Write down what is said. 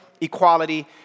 equality